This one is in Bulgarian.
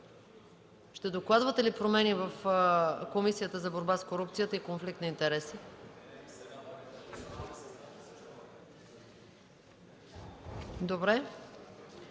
ще докладвате ли промени в Комисията за борба с корупцията и конфликт на интереси? ЯНАКИ